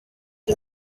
too